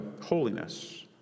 holiness